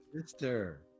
Sister